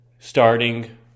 starting